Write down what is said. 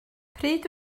pryd